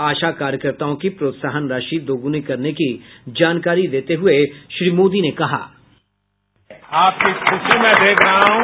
आशा कार्यकर्ताओं की प्रोत्साहन राशि दोगुनी करने की जानकारी देते हुए श्री मोदी ने कहा बाईट आपकी खुशी मैं देख रहा हूं